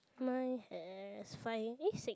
mine has five eh six